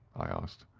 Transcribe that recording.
i asked.